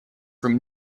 from